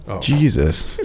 Jesus